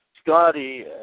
Scotty